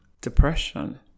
Depression